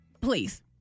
Please